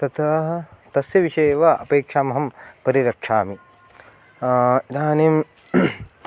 ततः तस्य विषये एव अपेक्षामहं परिरक्षामि इदानीं